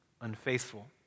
unfaithful